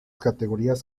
categorías